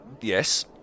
Yes